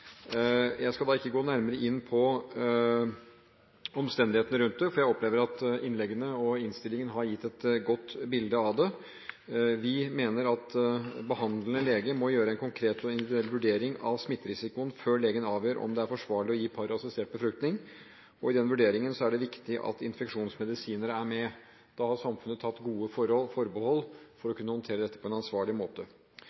Jeg skal ikke gå nærmere inn på omstendighetene rundt det, for jeg opplever at innleggene og innstillingen har gitt et godt bilde av det. Vi mener at behandlende lege må gjøre en konkret og individuell vurdering av smitterisikoen før legen avgjør om det er forsvarlig å gi paret assistert befruktning. I den vurderingen er det viktig at infeksjonsmedisinere er med. Da har samfunnet tatt gode forbehold for å